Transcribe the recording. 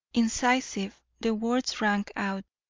incisive, the words rang out.